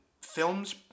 Films